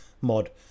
mod